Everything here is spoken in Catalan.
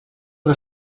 del